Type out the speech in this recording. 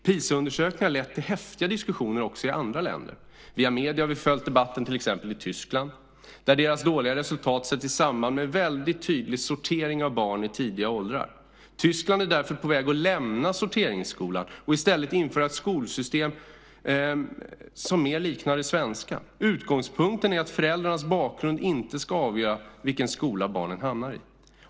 Pisaundersökningen har lett till häftiga diskussioner också i andra länder. Via medierna har vi följt debatten i till exempel Tyskland, vars dåliga resultat sätts i samband med en väldigt tydlig sortering av barn i tidiga åldrar. Tyskland är därför på väg att lämna sorteringsskolan och i stället införa ett skolsystem som mer liknar det svenska. Utgångspunkten är att föräldrarnas bakgrund inte ska avgöra vilken skola barnen hamnar i.